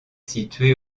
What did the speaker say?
situé